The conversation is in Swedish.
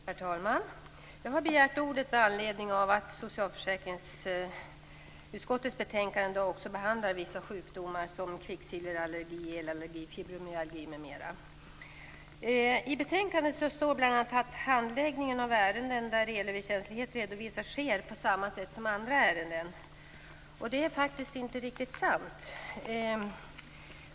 Herr talman! Jag har begärt ordet med anledning av att socialförsäkringsutskottets betänkande även behandlar vissa sjukdomar, som t.ex. kvicksilverallergi, elallergi och fibromyalgi m.m. I betänkandet står bl.a. att handläggningen av ärenden där elöverkänslighet redovisats sker på samma sätt som när det gäller andra ärenden. Det är faktiskt inte riktigt sant.